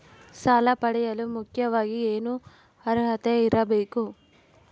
ಸಾಲ ಪಡೆಯಲು ಮುಖ್ಯವಾಗಿ ಏನು ಅರ್ಹತೆ ಇರಬೇಕು?